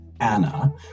Anna